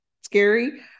scary